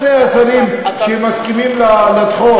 שני השרים שמסכימים לדחות.